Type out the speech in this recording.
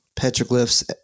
petroglyphs